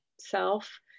self